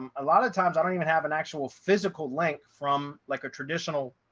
um a lot of times, i don't even have an actual physical link from like a traditional